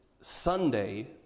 Sunday